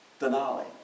Denali